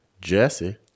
Jesse